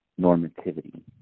normativity